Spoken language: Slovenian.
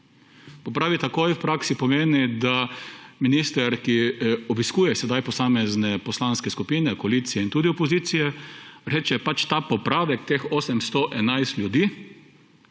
Popraviti takoj v praksi pomeni, da minister, ki obiskuje sedaj posamezne poslanske skupine koalicije in tudi opozicije, reče, da ta popravek za teh 811 ljudi